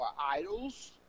idols